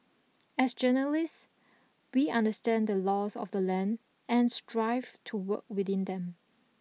as journalists we understand the laws of the land and strive to work within them